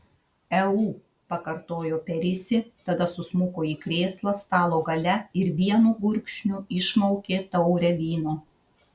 eu pakartojo perisi tada susmuko į krėslą stalo gale ir vienu gurkšniu išmaukė taurę vyno